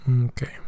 Okay